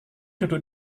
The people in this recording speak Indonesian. duduk